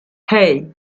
hey